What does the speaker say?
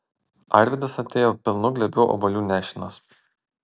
arvydas atėjo pilnu glėbiu obuolių nešinas